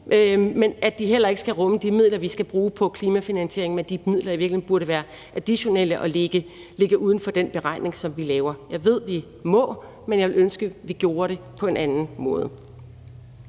og at de heller ikke skal rumme de midler, vi skal bruge på klimafinansiering, men at de midler i virkeligheden burde være additionelle og ligge uden for den beregning, som vi laver. Jeg ved, at vi må, men jeg ville ønske, at vi gjorde det på en anden måde.